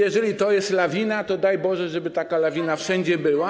Jeżeli to jest lawina, to daj Boże, żeby taka lawina wszędzie była.